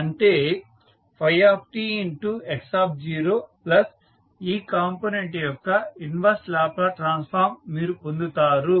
అంటే tx0 plus ఈ component యొక్క ఇన్వర్స్ లాప్లాస్ ట్రాన్స్ఫార్మ్ మీరు పొందుతారు